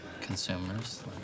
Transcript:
Consumers